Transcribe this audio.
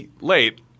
late